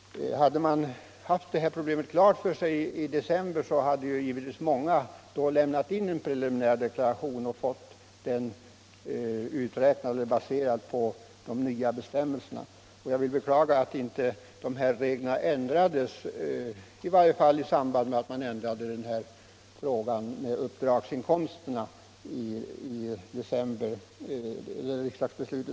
Hade de haft detta klart för sig i december hade givetvis många av dem lämnat in en preliminär deklaration och fått skatten baserad på de nya bestämmelserna. Jag beklagar att inte reglerna ändrades i varje fall i samband med riksdagsbeslutet i december, då reglerna för uppdragsinkomster ändrades.